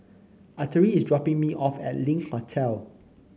Artie is dropping me off at Link Hotel